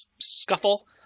scuffle